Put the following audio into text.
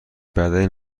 بدنی